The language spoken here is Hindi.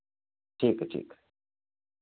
ठीक है ठीक है